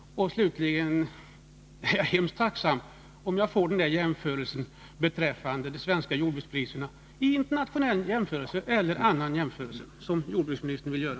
Slutligen är jag tacksam om jag får svar på min fråga om de svenska jordbrukspriserna vid en internationell jämförelse eller annan jämförelse är för höga.